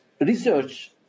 research